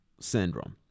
syndrome